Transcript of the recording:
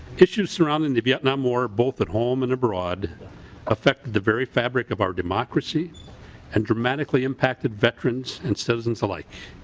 issues surrounding the vietnam war both at home and abroad affect the very fabric of our democracy and dramatically impacted veterans and citizens alike.